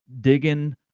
digging